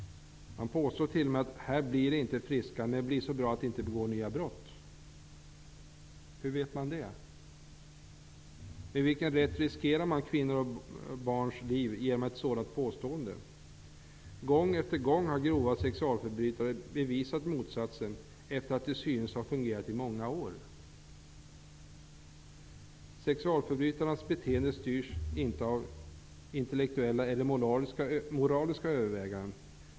Man påstår t.o.m.: Här blir de inte friska men så bra att de inte begår nya brott. Hur vet man det? Med vilken rätt riskerar man kvinnors och barns liv genom ett sådant påstående? Gång på gång har grova sexualförbrytare bevisat motsatsen efter att till synes ha fungerat i många år. Sexualförbrytarnas beteende styrs inte av intellektuella eller moraliska överväganden.